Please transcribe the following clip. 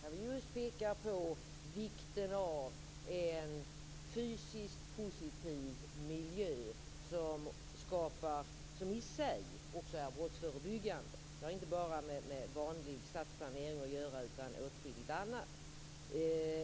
Vi pekar där just på vikten av en fysiskt positiv miljö som i sig också är brottsförebyggande. Det har inte bara med vanlig stadsplanering att göra utan även åtskilligt annat.